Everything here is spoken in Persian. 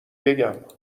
بگم